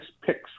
picks